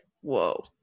whoa